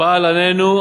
הבעל עננו,